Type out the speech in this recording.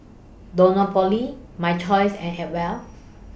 Dunlopillo My Choice and Acwell